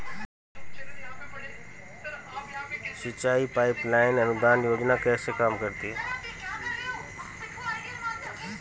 सिंचाई pipeline अनुदान योजना कैसे काम करती है?